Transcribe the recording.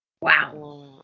Wow